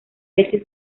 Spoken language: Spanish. leche